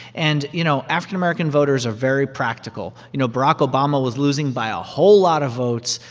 and, you know, african american voters are very practical. you know, barack obama was losing by a whole lot of votes,